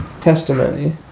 Testimony